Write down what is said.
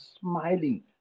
smiling